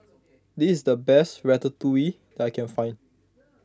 this is the best Ratatouille that I can find